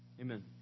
Amen